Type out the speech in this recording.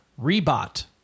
Rebot